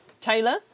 Taylor